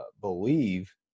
believe